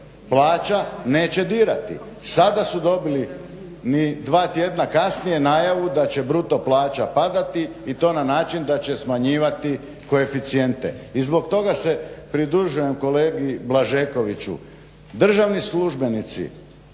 plaća neće dirati. Sada su dobili ni dva tjedna kasnije najavu da će bruto plaća padati i to na način da će smanjivati koeficijente. I zbog toga se pridružujem kolegi Blažekoviću, državni službenici